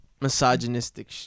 misogynistic